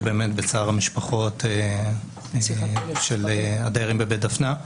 באמת בצער המשפחות של הדיירים בבית דפנה.